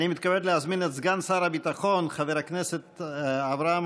אני מתכבד להזמין את סגן שר הביטחון חבר הכנסת אברהם